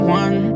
one